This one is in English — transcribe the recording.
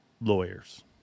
lawyers